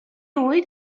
oed